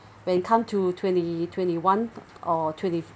when come to twenty twenty one or twenty